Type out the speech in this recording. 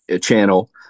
channel